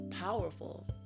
powerful